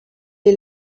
est